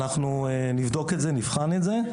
אנחנו נבדוק את זה, נבחן את זה.